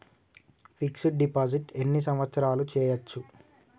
Fix డ్ deposit ఎన్ని సంవత్సరాలు చేయచ్చు?